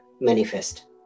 manifest